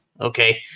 Okay